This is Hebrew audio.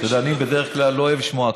אתה יודע, אני בדרך כלל לא אוהב לשמוע הקלטות.